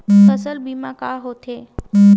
फसल बीमा का होथे?